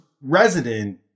resident